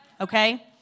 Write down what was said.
Okay